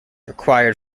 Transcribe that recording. required